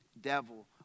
devil